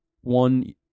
one